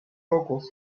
pocos